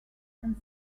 and